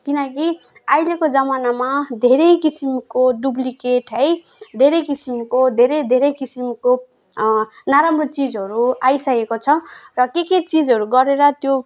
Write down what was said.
किनकि अहिलेको जमानामा धेरै किसिमको डुफ्लिकेट है धेरै किसिमको धेरै धेरै किसिमको नराम्रो चिजहरू आइसकेको छ र के के चिजहरू गरेर त्यो